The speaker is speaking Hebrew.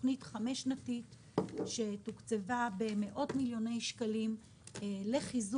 תוכנית חמש שנתית שתוקצבה במאות מיליוני שקלים לחיזוק